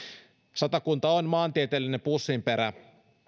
satakunta on maantieteellinen pussinperä